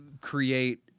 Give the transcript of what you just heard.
create